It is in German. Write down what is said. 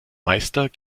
meister